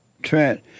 Trent